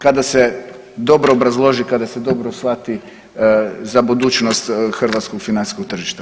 Kada se dobro obrazloži, kada se dobro shvati za budućnost hrvatskog financijskog tržišta.